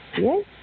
yes